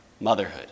motherhood